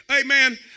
Amen